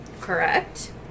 Correct